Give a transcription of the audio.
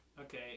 Okay